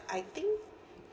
I think